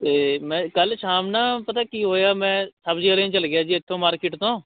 ਅਤੇ ਮੈਂ ਕੱਲ੍ਹ ਸ਼ਾਮ ਨਾ ਪਤਾ ਕੀ ਹੋਇਆ ਮੈਂ ਸਬਜ਼ੀਆਂ ਲੈਣ ਚਲਾ ਗਿਆ ਜੀ ਇੱਥੋਂ ਮਾਰਕੀਟ ਤੋਂ